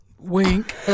wink